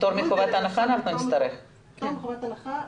נצטרך פטור מחובת הנחה.